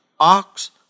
ox